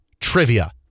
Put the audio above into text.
trivia